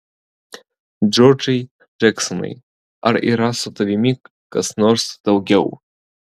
džordžai džeksonai ar yra su tavimi kas nors daugiau